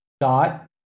Dot